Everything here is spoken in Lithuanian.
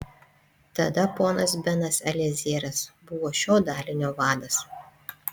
tada ponas benas eliezeras buvo šio dalinio vadas